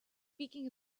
speaking